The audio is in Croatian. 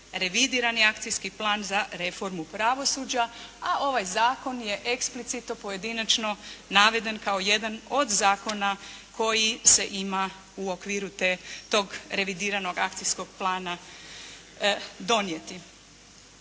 revidirani akcijski plan za reformu pravosuđa, a ovaj Zakon je eksplicito pojedinačno naveden kao jedan od Zakona koji se ima u okviru tog revidiranog akcijskog plana donijeti.